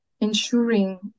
ensuring